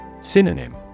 Synonym